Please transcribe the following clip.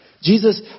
Jesus